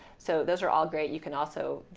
so those are all great. you can also.